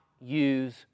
use